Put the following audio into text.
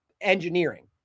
engineering